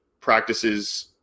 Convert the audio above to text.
practices